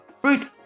fruit